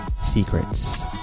Secrets